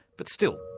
but still,